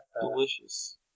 Delicious